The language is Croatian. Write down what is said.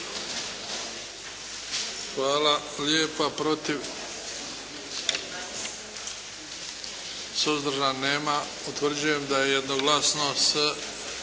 Hvala lijepa. Protiv? Suzdržan? Nema. Utvrđujem da je jednoglasno s